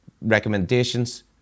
recommendations